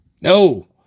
no